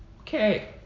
Okay